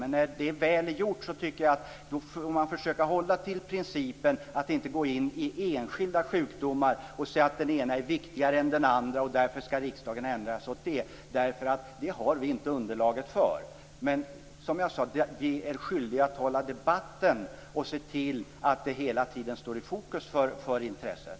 Men när det väl är gjort tycker jag att man får försöka hålla sig till principen att inte gå in i enskilda sjukdomar och säga att den ena är viktigare än den andra och att riksdagen därför skall ägna sig åt den. Det har vi inte underlag för. Som jag sade är vi skyldiga att hålla debatten och se till att frågan hela tiden står i fokus för intresset.